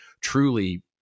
truly